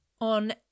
On